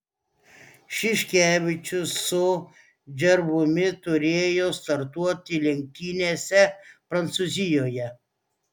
šiškevičius su džervumi turėjo startuoti lenktynėse prancūzijoje